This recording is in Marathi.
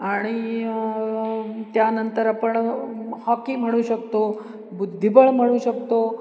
आणि त्यानंतर आपण हॉकी म्हणू शकतो बुद्धिबळ म्हणू शकतो